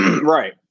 Right